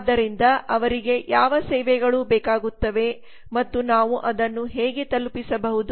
ಆದ್ದರಿಂದ ಅವರಿಗೆ ಯಾವ ಸೇವೆಗಳು ಬೇಕಾಗುತ್ತವೆ ಮತ್ತು ನಾವು ಅದನ್ನು ಹೇಗೆ ತಲುಪಿಸಬಹುದು